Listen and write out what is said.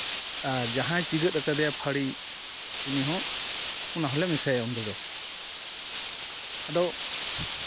ᱟᱨ ᱡᱟᱦᱟᱸᱭ ᱪᱤᱜᱟᱹᱜ ᱠᱟᱫᱮᱭᱟᱭ ᱯᱷᱟᱹᱲᱤ ᱚᱱᱤ ᱦᱚᱸ ᱚᱱᱟ ᱦᱚᱸᱞᱮ ᱢᱮᱥᱟᱭᱟ ᱚᱸᱰᱮ ᱫᱚ ᱟᱫᱚ